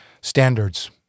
standards